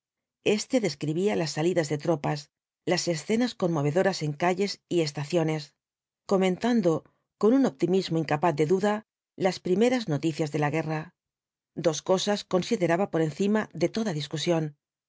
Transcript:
este describía las salidas de tropas las escenas conmovedoras en calles y estaciones comentando con un optimismo incapaz de duda las primeras noticias de la guerra dos cosas consideraba por encima de toda discusión